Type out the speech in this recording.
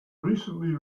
recently